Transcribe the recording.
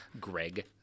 Greg